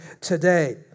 today